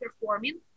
performing